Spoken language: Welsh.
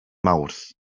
mawrth